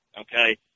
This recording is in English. okay